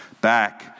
back